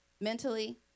mentally